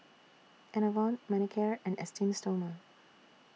Enervon Manicare and Esteem Stoma